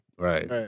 Right